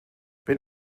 wenn